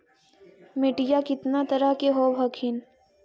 मिट्टीया कितना तरह के होब हखिन?